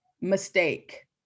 mistake